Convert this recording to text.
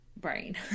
brain